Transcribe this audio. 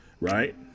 Right